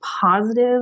positive